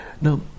Now